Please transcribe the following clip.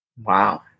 Wow